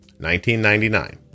$19.99